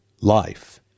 life